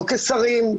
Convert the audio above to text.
לא כשרים,